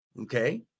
Okay